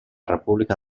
república